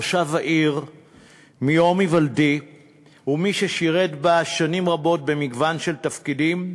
תושב העיר מיום היוולדי ומי ששירת בה שנים רבות במגוון של תפקידים,